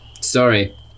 sorry